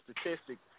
statistics